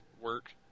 work